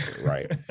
right